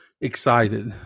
excited